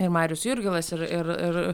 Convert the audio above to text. ir marius jurgilas ir ir ir